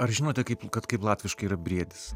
ar žinote kaip kad kaip latviškai yra briedis